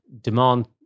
demand